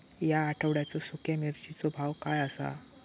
या आठवड्याचो सुख्या मिर्चीचो भाव काय आसा?